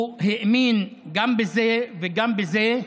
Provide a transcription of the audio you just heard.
הוא האמין גם בזה וגם בזה,